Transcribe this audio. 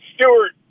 Stewart